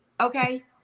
Okay